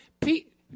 Pete